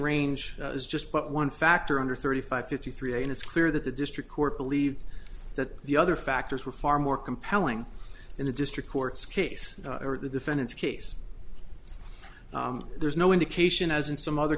range is just one factor under thirty five fifty three and it's clear that the district court believed that the other factors were far more compelling in the district courts case or the defendant's case there's no indication as in some other